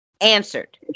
Answered